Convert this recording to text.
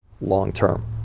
long-term